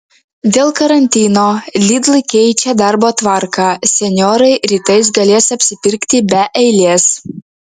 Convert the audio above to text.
dėl karantino lidl keičia darbo tvarką senjorai rytais galės apsipirkti be eilės